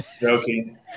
joking